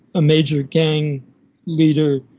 a major gang leader,